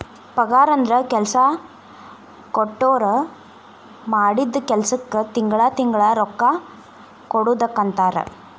ಪಗಾರಂದ್ರ ಕೆಲ್ಸಾ ಕೊಟ್ಟೋರ್ ಮಾಡಿದ್ ಕೆಲ್ಸಕ್ಕ ತಿಂಗಳಾ ತಿಂಗಳಾ ರೊಕ್ಕಾ ಕೊಡುದಕ್ಕಂತಾರ